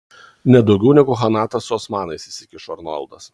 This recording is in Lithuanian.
nedaugiau negu chanatas su osmanais įsikišo arnoldas